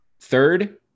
Third